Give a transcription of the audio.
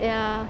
ya